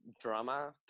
drama